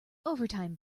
overtime